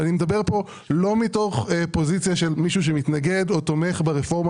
אני מדבר פה לא מתוך פוזיציה של מישהו שמתנגד או תומך ברפורמה